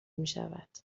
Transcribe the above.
میشود